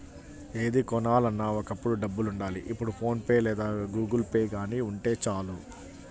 ఏది కొనాలన్నా ఒకప్పుడు డబ్బులుండాలి ఇప్పుడు ఫోన్ పే లేదా గుగుల్పే గానీ ఉంటే చాలు